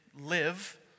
live